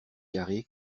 carré